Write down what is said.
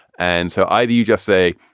and so either you just say,